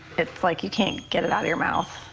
it's like you can't get it out of your mouth.